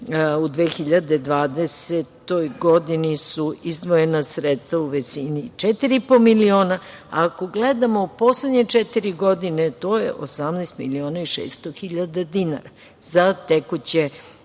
u 2020. godini su izdvojena sredstva u visini 4,5 miliona, a ako gledamo poslednje četiri godine, to je 18.600.000 dinara za tekuće